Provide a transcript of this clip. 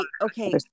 okay